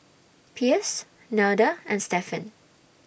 Pierce Nelda and Stephen